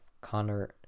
connor